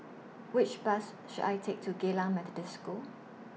Which Bus should I Take to Geylang Methodist School